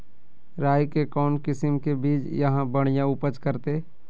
राई के कौन किसिम के बिज यहा बड़िया उपज करते?